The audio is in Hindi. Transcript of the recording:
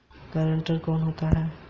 गारंटर कौन होता है?